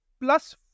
plus